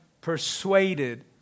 persuaded